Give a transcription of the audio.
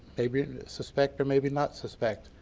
maybe and suspect or maybe not suspect,